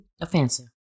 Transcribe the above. offensive